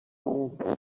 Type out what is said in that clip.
اون